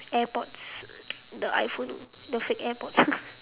airpods the iphone the fake airpods